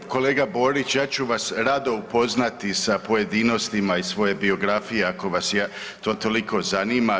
Evo kolega Borić ja ću vas rado upoznati sa pojedinostima iz svoje biografije ako vas to toliko zanima.